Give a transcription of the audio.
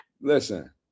Listen